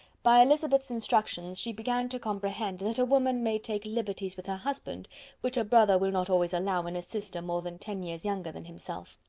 by elizabeth's instructions, she began to comprehend that a woman may take liberties with her husband which a brother will not always allow in a sister more than ten years younger than himself.